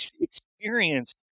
experienced